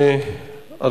תודה,